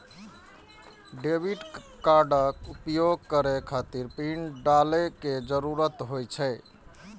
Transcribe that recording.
debit कार्डक उपयोग करै खातिर पिन डालै के जरूरत होइ छै